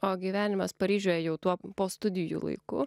o gyvenimas paryžiuje jau tuo po studijų laikų